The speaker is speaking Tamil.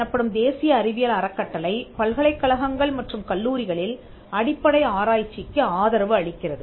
எனப்படும் தேசிய அறிவியல் அறக்கட்டளை பல்கலைக்கழகங்கள் மற்றும் கல்லூரிகளில் அடிப்படை ஆராய்ச்சிக்கு ஆதரவு அளிக்கிறது